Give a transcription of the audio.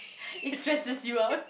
it stresses you out